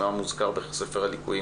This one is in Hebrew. מה מוזכר בספר הליקויים,